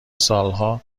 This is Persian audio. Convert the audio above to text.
سالها